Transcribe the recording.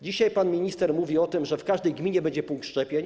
Dzisiaj pan minister mówi o tym, że w każdej gminie będzie punkt szczepień.